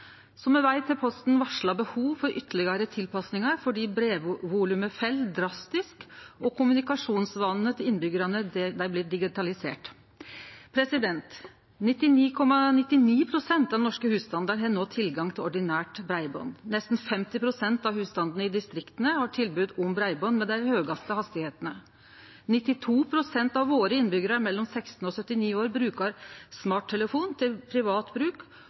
me veit, har Posten varsla behov for ytterlegare tilpassingar fordi brevvolumet fell drastisk og kommunikasjonsvanane til innbyggjarane blir digitaliserte. 99,99 pst. av norske husstandar har no tilgang til ordinært breiband. Nesten 50 pst. av husstandane i distrikta har tilbod om breiband med dei høgaste hastigheitene. 92 pst. av våre innbyggjarar mellom 16 og 79 år brukar smarttelefon til privat bruk,